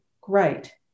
great